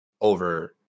over